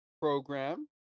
program